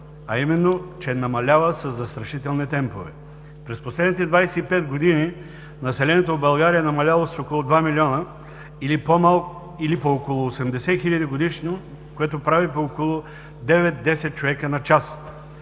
а именно, че намалява със застрашителни темпове. През последните 25 години населението в България намалява с около 2 милиона или по около 80 хиляди годишно, което прави по около 9-10 човека на час.